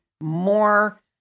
more